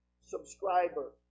subscriber